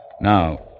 Now